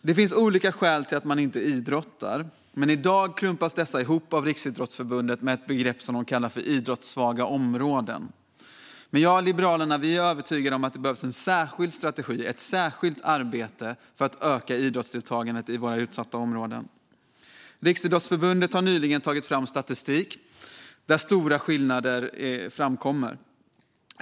Det finns olika skäl till att man inte idrottar. Dessa klumpas i dag ihop av Riksidrottsförbundet med ett begrepp: idrottssvaga områden. Jag och Liberalerna är övertygade om att det behövs en särskild strategi och ett särskilt arbete för att öka idrottsdeltagandet i våra utsatta områden. Riksidrottsförbundet har nyligen tagit fram statistik. Där framkommer stora skillnader.